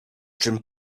czym